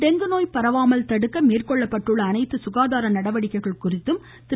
dengue நோய் பரவாமல் தடுக்க மேற்கொள்ளப்பட்டுள்ள அனைத்து சுகாதார நடவடிக்கைகள் குறித்தும் திரு